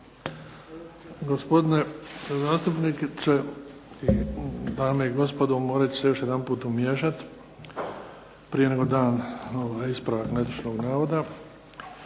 Gospodine zastupniče i dame i gospodo morat ću se još jedanput umiješat prije nego dam ispravak netočnog navoda.